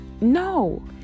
no